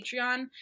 Patreon